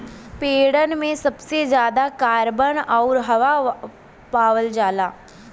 पेड़न में सबसे जादा कार्बन आउर हवा पावल जाला